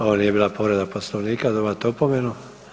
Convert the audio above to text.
Ovo nije bila povreda Poslovnika, dobivate opomenu.